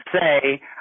say